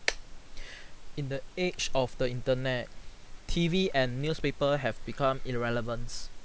in the age of the internet T_V and newspaper have become irrelevance